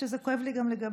הוא הכול חוץ מנורבגי.